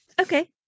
Okay